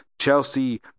Chelsea